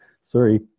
sorry